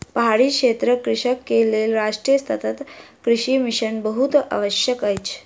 पहाड़ी क्षेत्रक कृषक के लेल राष्ट्रीय सतत कृषि मिशन बहुत आवश्यक अछि